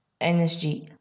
NSG